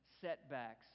setbacks